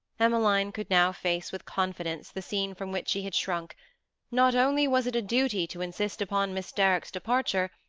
emmeline could now face with confidence the scene from which she had shrunk not only was it a duty to insist upon miss derrick's departure,